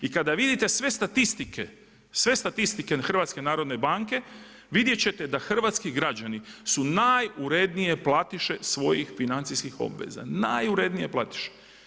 I Kada vidite sve statistike, sve statistike HNB-a, vidjet ćete da hrvatski građani su najurednije platiše svojih financijskih obveza, najurednije platiše.